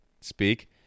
speak